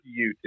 YouTube